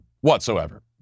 whatsoever